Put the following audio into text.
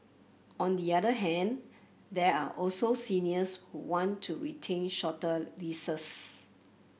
on the other hand there are also seniors who want to retain shorter leases